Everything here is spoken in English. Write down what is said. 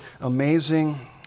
amazing